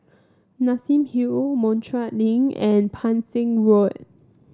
Nassim Hill Montreal Link and Pang Seng Road